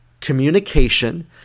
communication